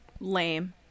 lame